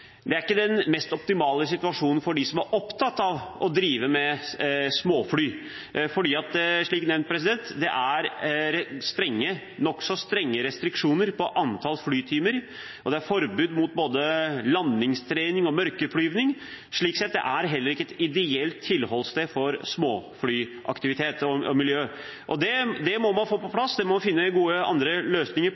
Det er ikke den mest optimale situasjonen for dem som er opptatt av å drive med småfly, for som nevnt er det nokså strenge restriksjoner på antall flytimer, og det er forbud mot både landingstrening og mørkeflyvning. Slik sett er det heller ikke et ideelt tilholdssted for småflyaktivitet og -miljø. Det må man få på plass, det må man finne andre løsninger